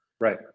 Right